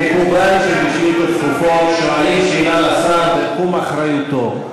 מקובל שבשאילתות דחופות שואלים שאלה לשר בתחום אחריותו,